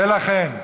ולכן אנחנו,